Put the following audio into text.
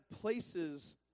places